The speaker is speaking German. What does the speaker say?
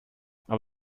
aber